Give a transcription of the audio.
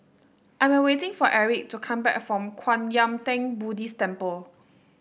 I'm waiting for Aric to come back from Kwan Yam Theng Buddhist Temple